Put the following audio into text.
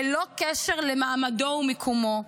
ללא קשר למעמדו ומקומו.